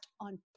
on